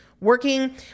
working